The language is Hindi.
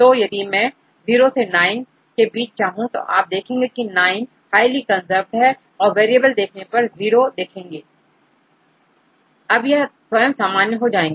तो यदि मैं0 से9 के बीच चाहूं तो आप देखेंगे की9 हाईली कंजर्व्ड है और वेरिएबल देखने पर0 देखेंगे अब यह स्वयं सामान्य हो जाएंगे